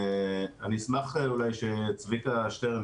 אני אשמח אולי שצבי שטרן,